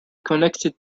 connected